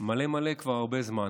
מלא מלא, כבר הרבה זמן.